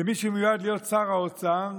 למי שמיועד להיות שר האוצר,